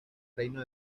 reino